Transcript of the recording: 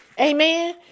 Amen